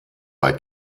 bei